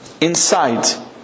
Inside